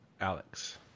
Alex